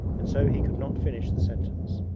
and so he could not finish the sentence.